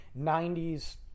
90s